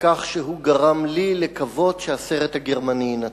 כך שהוא גרם לי לקוות שהסרט הגרמני ינצח.